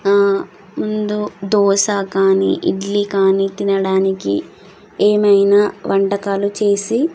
ముందు దోశ కానీ ఇడ్లీ కానీ తినడానికి ఏమైనా వంటకాలు చేసి